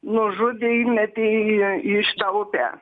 nužudė įmetė į į šitą upę